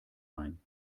ein